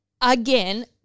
again